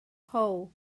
how